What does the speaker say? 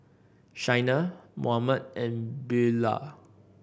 Shaina Mohammed and Beaulah